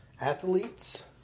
athletes